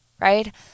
right